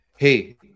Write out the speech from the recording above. Hey